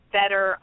better